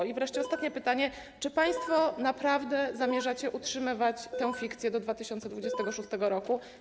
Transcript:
I wreszcie ostatnie pytanie: Czy państwo naprawdę zamierzacie utrzymywać tę fikcję do 2026 r.